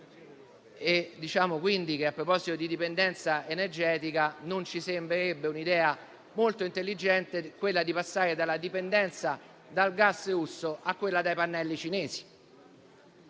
in ginocchio. A proposito di indipendenza energetica, non ci sembrerebbe un'idea molto intelligente quella di passare dalla dipendenza dal gas russo a quella dai pannelli solari